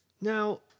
Now